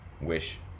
wish